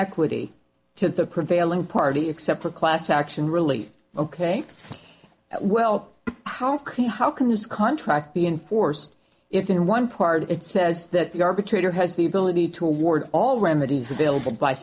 equity can't the prevailing party except for class action really ok well how can how can this contract be enforced if in one part it says that the arbitrator has the ability to award all remedies available by